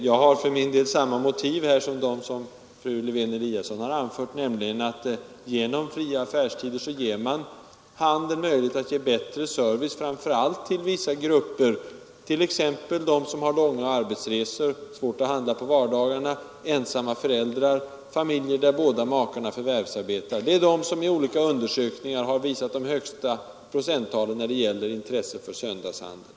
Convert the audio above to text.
Jag har för min del samma motiv som dem fru Lewén-Eliasson anförde, nämligen att man genom fria affärstider ger handeln möjlighet att lämna bättre service framför allt till vissa grupper, t.ex. till dem som har långa arbetsresor och svårt att handla på vardagarna, ensamma föräldrar och familjer där båda makarna förvärvsarbetar — alltså de som i olika undersökningar visat de högsta procenttalen när det gäller intresset för söndagshandel.